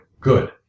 good